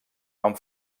amb